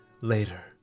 later